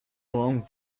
along